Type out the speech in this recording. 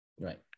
Right